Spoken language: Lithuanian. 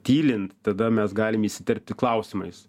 tylint tada mes galim įsiterpti klausimais